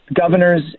governors